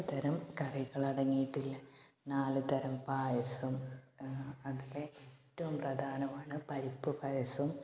പത്ത് തരം കറികളടങ്ങിയിട്ടുള്ള നാല് തരം പായസം അതിൽ ഏറ്റവും പ്രധാനമാണ് പരിപ്പ് പായസം